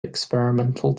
experimental